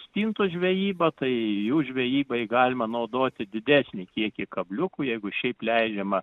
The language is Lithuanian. stintų žvejyba tai jų žvejybai galima naudoti didesnį kiekį kabliukų jeigu šiaip leidžiama